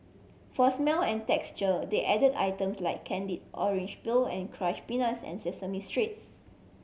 for smell and texture they added items like candied orange peel and crush peanuts and sesame